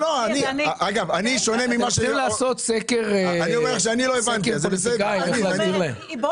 אני אומר לך שאני לא הבנתי ------ בוא